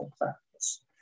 practice